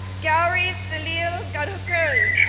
gauri salil gadkari,